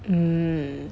mm